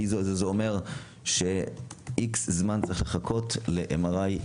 ה"איזו" הזה אומר ש-X זמן צריך לחכות ל-MRI,